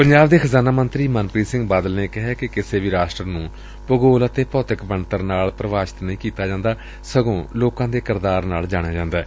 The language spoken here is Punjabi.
ਪੰਜਾਬ ਦੇ ਖਜ਼ਾਨਾ ਮੰਤਰੀ ਮਨਪ੍ੀਤ ਸਿੰਘ ਬਾਦਲ ਨੇ ਕਿਹੈ ਕਿ ਕਿਸੇ ਵੀ ਰਾਸ਼ਟਰ ਨੂੰ ਭੁਗੋਲ ਅਤੇ ਭੌਤਿਕ ਬਣਤਰ ਨਾਲ ਪਰਿਭਾਸ਼ਤ ਨਹੀਂ ਕੀਤਾ ਜਾਂਦਾ ਸਗੋਂ ਲੋਕਾਂ ਦੇ ਕਿਰਦਾਰ ਨਾਲ ਜਾਣਿਆ ਜਾਂਦੈ